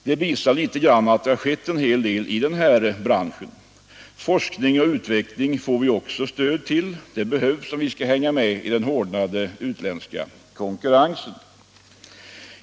Detta visar tydligt att det har skett en hel del i denna bransch. Forskning och utveckling får vi också stöd till. Det behövs om vi skall hänga med i den hårdnande utländska konkurrensen.